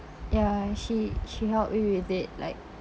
ya she she helped you with it like